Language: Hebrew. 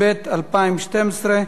שנייה ושלישית.